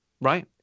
Right